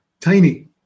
Tiny